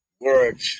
words